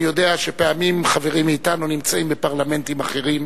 אני יודע שפעמים חברים מאתנו נמצאים בפרלמנטים אחרים.